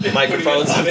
microphones